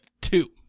Two